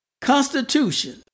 constitution